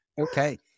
Okay